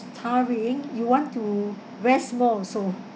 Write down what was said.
tiring you want to rest more also